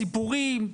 סיפורים,